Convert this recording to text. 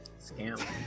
scam